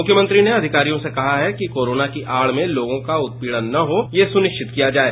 उन्होंने अधिकारियों से कहा है कि कोरोना की आड़ में लोगों का उत्पीड़न न हो यह सुनिश्चित किया जाये